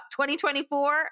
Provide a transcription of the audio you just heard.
2024